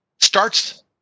starts